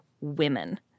women